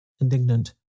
indignant